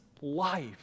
life